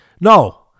no